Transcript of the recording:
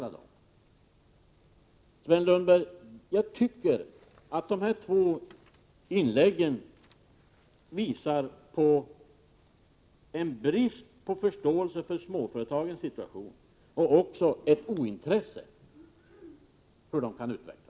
Jag tycker, Sven Lundberg, att de två senaste inläggen visar på en brist på förståelse för småföretagens situation och ett ointresse för hur de kan utvecklas.